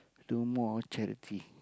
do more charity